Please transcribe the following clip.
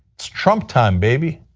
trump time baby.